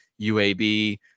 UAB